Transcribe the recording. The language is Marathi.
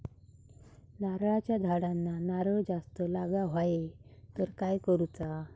नारळाच्या झाडांना नारळ जास्त लागा व्हाये तर काय करूचा?